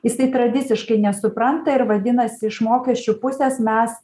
jisai tradiciškai nesupranta ir vadinasi iš mokesčių pusės mes